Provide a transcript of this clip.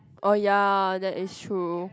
oh ya that is true